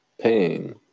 pain